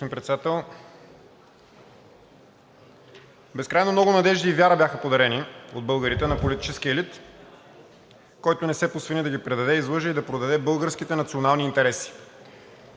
Господин Председател! Безкрайно много надежди и вяра бяха подарени от българите на политическия елит, който не се посвени да ги предаде, излъже и да продаде българските национални интереси.